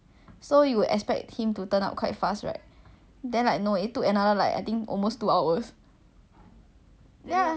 I don't know it's like drag 到来 is like from the start of this conversation to our meeting is like four or five hours later already